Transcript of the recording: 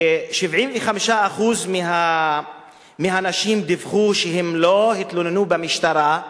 75% מהנשים דיווחו שהן לא התלוננו במשטרה,